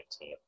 team